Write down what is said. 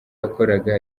yakoraga